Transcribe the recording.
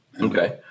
Okay